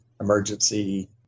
emergency